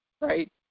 Right